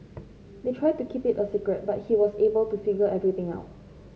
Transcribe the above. they tried to keep it a secret but he was able to figure everything out